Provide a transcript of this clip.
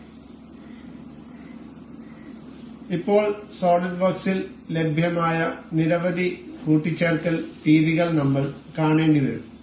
അതിനാൽ ഇപ്പോൾ സോളിഡ് വർക്ക്സിൽ ലഭ്യമായ നിരവധി കൂട്ടിച്ചേർക്കൽ രീതികൾ നമ്മൾ കാണേണ്ടി വരും